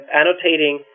annotating